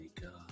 god